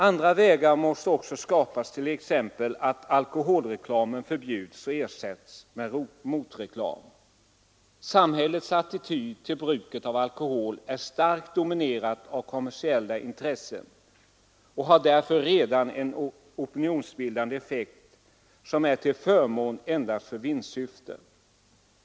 Andra vägar måste också skapas, t.ex. genom att alkoholreklamen förbjuds och ersätts med motreklam. Samhällets attityd till bruket av alkohol är starkt dominerad av kommersiella intressen och har redan därför en opinionsbildande effekt som är till förmån endast för vinstsyftet.